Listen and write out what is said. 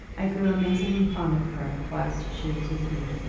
i grew amazingly fond of her whilst she was with me.